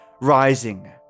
rising